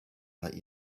like